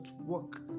work